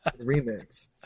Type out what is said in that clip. remix